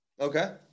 Okay